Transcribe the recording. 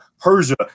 Persia